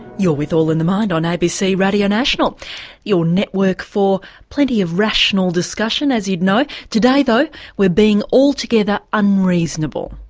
you're with all in the mind on abc radio national your network for plenty of rational discussion as you'd know. today though we're being altogether unreasonable.